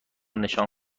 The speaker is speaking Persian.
نشان